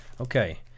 okay